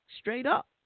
straight-up